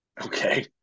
Okay